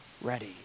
ready